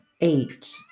eight